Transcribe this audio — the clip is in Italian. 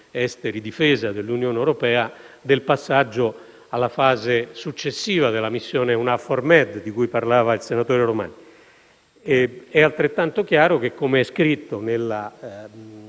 esteri-difesa dell'Unione europea - del passaggio alla fase successiva della missione EUNAVFOR Med, di cui ha parlato il senatore Romani. È altrettanto chiaro che, com'è scritto nella